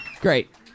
Great